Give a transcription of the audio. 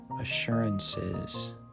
assurances